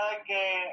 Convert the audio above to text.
Okay